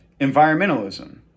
environmentalism